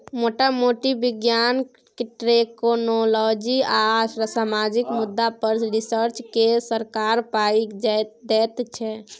मोटा मोटी बिज्ञान, टेक्नोलॉजी आ सामाजिक मुद्दा पर रिसर्च केँ सरकार पाइ दैत छै